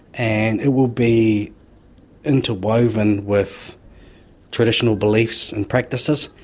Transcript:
and it will be interwoven with traditional beliefs and practices.